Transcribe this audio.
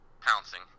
pouncing